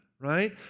right